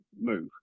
move